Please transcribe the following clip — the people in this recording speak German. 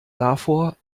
davor